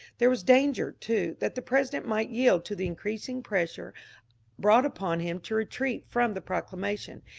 there was danger, too, that the president might yield to the increasing pressure brought upon him to retreat from the proclamation,